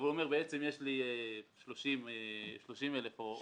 והוא אומר שבעצם יש לו 30,000 תושבים.